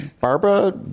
Barbara